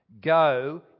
Go